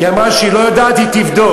היא אמרה שהיא לא יודעת, היא תבדוק.